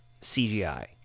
CGI